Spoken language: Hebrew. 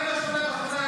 אני לא מדבר אלייך יפה?